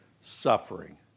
suffering